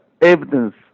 evidence